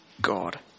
god